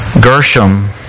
Gershom